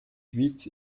huit